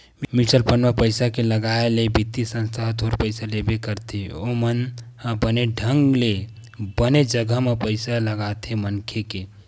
mutual fund म पइसा के लगाए ले बित्तीय संस्था ह थोर पइसा लेबे करथे ओमन ह बने ढंग ले बने जघा म पइसा ल लगाथे मनखे के